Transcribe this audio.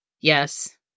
yes